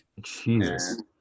Jesus